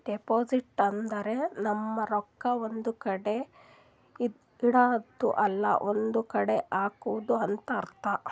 deposit ಅಂದುರ್ ನಮ್ದು ರೊಕ್ಕಾ ಒಂದ್ ಕಡಿ ಇಡದ್ದು ಇಲ್ಲಾ ಒಂದ್ ಕಡಿ ಹಾಕದು ಅಂತ್ ಅರ್ಥ